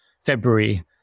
February